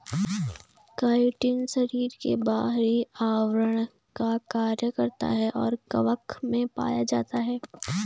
chitin शरीर के बाहरी आवरण का कार्य करता है और कवक में पाया जाता है